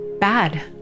bad